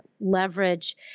leverage